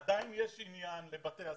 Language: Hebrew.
עדיין יש עניין לבתי הספר,